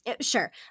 Sure